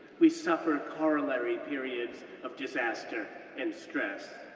we suffer corollary periods of disaster and stress,